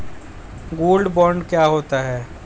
Gold bond क्या होता है?